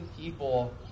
people